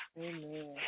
Amen